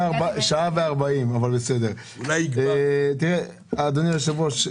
אדוני היושב-ראש,